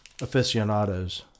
aficionados